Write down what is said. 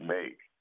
make